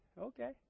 Okay